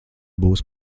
būs